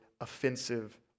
offensive